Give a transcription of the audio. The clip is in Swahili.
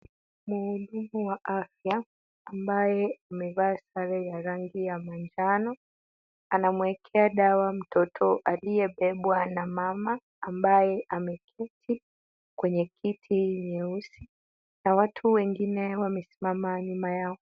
Muhudumu wa afya ambaye amevaa sare ya rangi ya manjano, anamwekea dawa mtoto aliyebebwa na mama, ambaye ameketi kwenye kiti nyeusi na watu wengine wamesimama nyuma yao.